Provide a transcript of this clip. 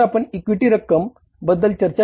आपण इक्विटी म्हणतात